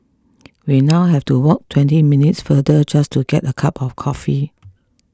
we now have to walk twenty minutes farther just to get a cup of coffee